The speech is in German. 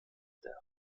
der